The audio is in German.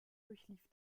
durchlief